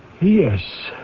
Yes